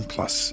Plus